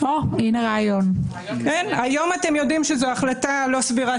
היום אתם יודעים שזוהי החלטה לא סבירה,